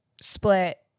split